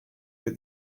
but